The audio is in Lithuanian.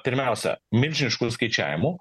pirmiausia milžiniškų skaičiavimų